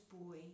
boy